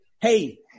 hey